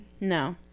No